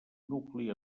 nucli